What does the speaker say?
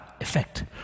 Effect